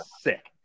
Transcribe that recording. sick